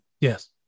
Yes